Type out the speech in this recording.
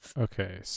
Okay